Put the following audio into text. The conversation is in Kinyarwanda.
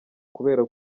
kubera